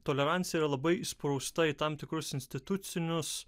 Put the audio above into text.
tolerancija yra labai įsprausta į tam tikrus institucinius